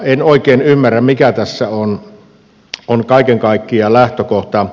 en oikein ymmärrä mikä tässä on kaiken kaikkiaan lähtökohta